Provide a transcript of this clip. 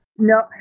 no